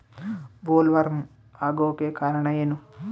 Bollworm ಆಗೋಕೆ ಕಾರಣ ಏನು?